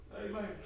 Amen